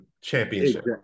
championship